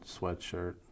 sweatshirt